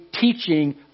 teaching